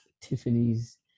Tiffany's